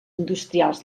industrials